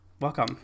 welcome